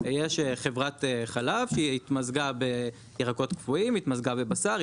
יש חברת חלב שהתמזגה בירקות קפואים התמזגה בבשר,